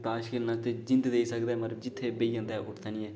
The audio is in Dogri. ताश खेलना ते जिंद देई सकदा ऐ पर जित्थै बेही जंदा ऐ उठदा नेईं ऐ